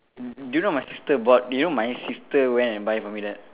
do you know my sister bought you know my sister went and buy for me that